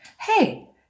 Hey